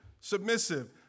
submissive